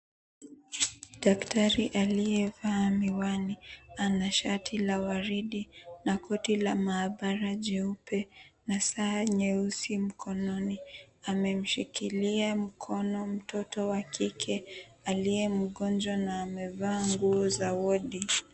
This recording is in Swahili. Daktari aliyevaa miwani ana shati la waridi na koti la maabara jeupe na saa nyeusi mkononi. Amemshikilia mkono mtoto wa kike aliyemgonjwa na amevaa nguo za wadi.